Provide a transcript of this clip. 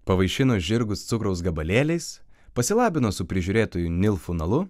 pavaišino žirgus cukraus gabalėliais pasilabino su prižiūrėtoju nilfunalu